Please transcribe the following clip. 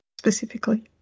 specifically